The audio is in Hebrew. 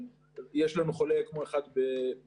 יש לנו חולה אקמו אחד בסורוקה.